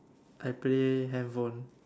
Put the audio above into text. I play handphone